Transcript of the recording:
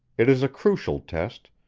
it is a crucial test,